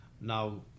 now